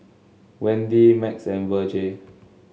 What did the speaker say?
Wendi Max and Virge